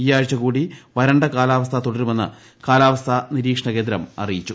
ഈയാഴ്ച കൂടി വരണ്ട കാലാവസ്ഥ തുടരുമെന്ന് കാലാവസ്ഥാ നിരീക്ഷണകേന്ദ്രം അറിയിച്ചു